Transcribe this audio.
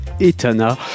Etana